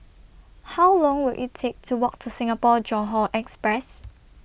How Long Will IT Take to Walk to Singapore Johore Express